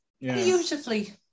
beautifully